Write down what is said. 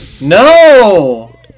No